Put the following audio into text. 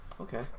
Okay